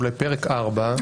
פרק 4,